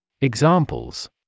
Examples